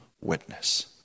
witness